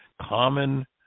Common